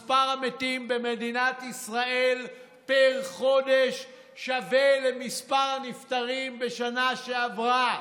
מספר המתים במדינת ישראל פר חודש שווה למספר הנפטרים בשנה שעברה.